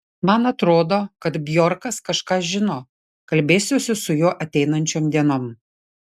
man atrodo kad bjorkas kažką žino kalbėsiuosi su juo ateinančiom dienom